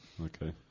Okay